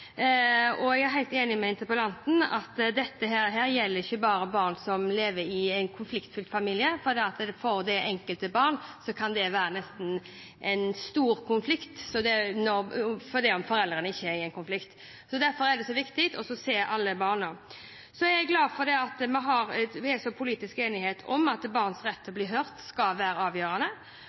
Jeg er helt enig med interpellanten i at dette gjelder ikke bare barn som lever i en konfliktfylt familie. For det enkelte barn kan det være en stor konflikt selv om foreldrene ikke er i konflikt. Derfor er det viktig å se alle barna. Jeg er glad for at det er politisk enighet om at barns rett til å bli hørt skal være avgjørende.